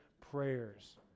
prayers